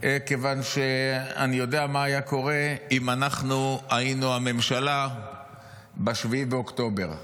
כיוון שאני יודע מה היה קורה אם אנחנו היינו הממשלה ב-7 באוקטובר.